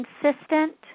consistent